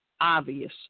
obvious